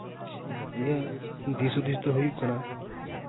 ᱤᱧᱟᱹᱜ ᱫᱤᱥ ᱦᱩᱫᱤᱥ ᱫᱚ ᱦᱩᱭᱩᱜ ᱠᱟᱱᱟ